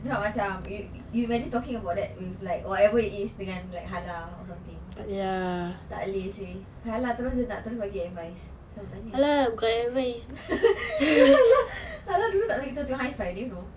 it's not macam you you imagine talking about that with like whatever it is dengan halal or something tak leh seh halal terus dia nak terus dia nak bagi advice siapa tanya halal halal dulu tak bagi kita tengok high five you know